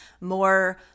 more